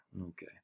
Okay